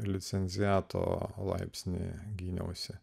licenciato laipsnį gyniausi